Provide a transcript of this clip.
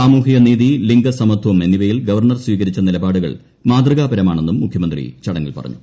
സാമൂഹ്യ നീത്തി്ട് ല്പീ്ഗസമത്വം എന്നിവയിൽ ഗവർണർ സ്വീകരിച്ച നിലപാടുകൾ മാതൃക്കാപ്പ്രമാണെന്നും മുഖ്യമന്ത്രി ചടങ്ങിൽ പറഞ്ഞു